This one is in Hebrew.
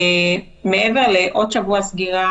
מעבר לעוד סגר,